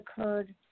occurred